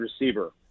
receiver